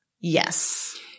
Yes